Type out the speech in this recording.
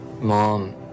Mom